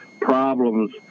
problems